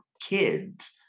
kids